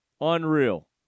Unreal